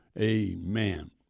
Amen